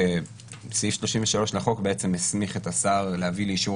סעיף 33 לחוק בעצם הסמיך את השר להביא לאישור